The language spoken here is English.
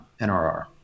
nrr